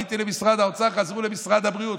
פניתי למשרד האוצר, חזרו למשרד הבריאות.